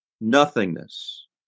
nothingness